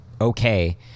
okay